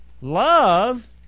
love